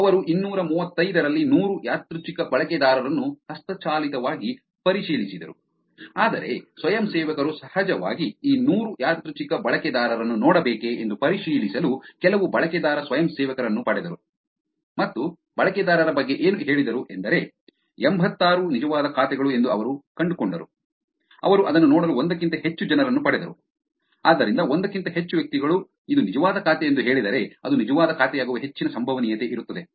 ಅವರು ಇನ್ನೂರ ಮೂವತ್ತೈದರಲ್ಲಿ ನೂರು ಯಾದೃಚ್ಛಿಕ ಬಳಕೆದಾರರನ್ನು ಹಸ್ತಚಾಲಿತವಾಗಿ ಪರಿಶೀಲಿಸಿದರು ಆದರೆ ಸ್ವಯಂಸೇವಕರು ಸಹಜವಾಗಿ ಈ ನೂರು ಯಾದೃಚ್ಛಿಕ ಬಳಕೆದಾರರನ್ನು ನೋಡಬೇಕೆ ಎಂದು ಪರಿಶೀಲಿಸಲು ಕೆಲವು ಬಳಕೆದಾರ ಸ್ವಯಂಸೇವಕರನ್ನು ಪಡೆದರು ಮತ್ತು ಬಳಕೆದಾರರ ಬಗ್ಗೆ ಏನು ಹೇಳಿದರು ಎಂದರೆ ಎಂಭತ್ತಾರು ನಿಜವಾದ ಖಾತೆಗಳು ಎಂದು ಅವರು ಕಂಡುಕೊಂಡರು ಅವರು ಅದನ್ನು ನೋಡಲು ಒಂದಕ್ಕಿಂತ ಹೆಚ್ಚು ಜನರನ್ನು ಪಡೆದರು ಆದ್ದರಿಂದ ಒಂದಕ್ಕಿಂತ ಹೆಚ್ಚು ವ್ಯಕ್ತಿಗಳು ಇದು ನಿಜವಾದ ಖಾತೆ ಎಂದು ಹೇಳಿದರೆ ಅದು ನಿಜವಾದ ಖಾತೆಯಾಗುವ ಹೆಚ್ಚಿನ ಸಂಭವನೀಯತೆ ಇರುತ್ತದೆ